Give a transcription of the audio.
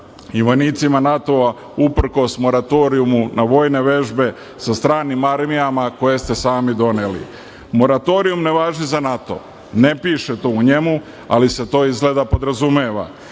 i vojnicima NATO-a, uprkos moratorijumu na vojne vežbe sa stranim armijama koje ste sami doneli. Moratorijum ne važi za NATO, ne piše to u njemu, ali se to izgleda podrazumeva.